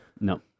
No